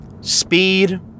speed